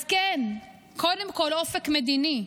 אז כן, קודם כול אופק מדיני.